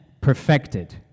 perfected